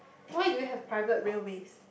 why do you have private railways